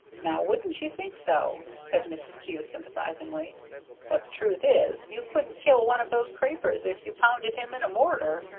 now, wouldn't you think so? said mrs. kew, sympathizingly but the truth is, you couldn't kill one of those crapers if you pounded him in a mortar.